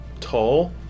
tall